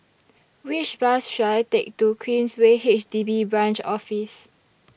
Which Bus should I Take to Queensway H D B Branch Office